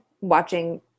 watching